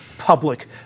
public